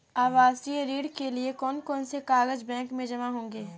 आवासीय ऋण के लिए कौन कौन से कागज बैंक में जमा होंगे?